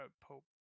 Pope